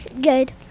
Good